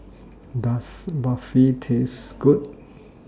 Does Barfi Taste Good